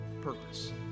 purpose